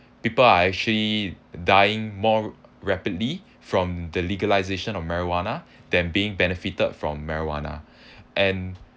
people are actually dying more rapidly from the legalisation of marijuana than being benefited from marijuana and